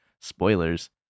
spoilers